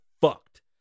fucked